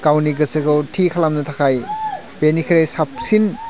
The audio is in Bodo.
गावनि गोसोखौ थि खालामनो थाखाय बेनिफ्राय साबसिन